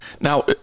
now